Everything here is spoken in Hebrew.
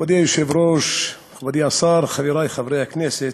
מכובדי היושב-ראש, מכובדי השר, חברי חברי הכנסת,